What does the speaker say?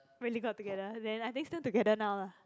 really got together and then I think still together now lah